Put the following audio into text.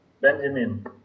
Benjamin